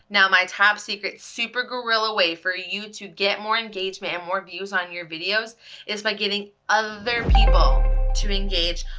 now my top secret super gorilla way for you to get more engagement and more views on your videos is by getting other people to engage,